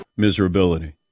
Miserability